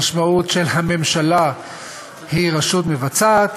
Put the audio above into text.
המשמעות של הממשלה היא, רשות מבצעת.